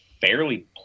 fairly